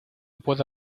puedo